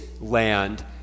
land